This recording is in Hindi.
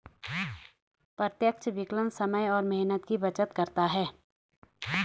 प्रत्यक्ष विकलन समय और मेहनत की बचत करता है